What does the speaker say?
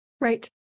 Right